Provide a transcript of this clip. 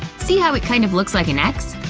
see how it kind of looks like an x?